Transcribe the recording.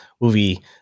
movie